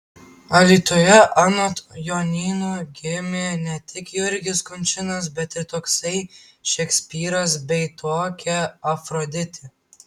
alytuje anot jonyno gimė ne tik jurgis kunčinas bet ir toksai šekspyras bei tokia afroditė